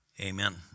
amen